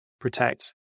protect